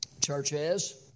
churches